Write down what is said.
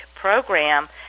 program